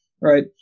right